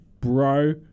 bro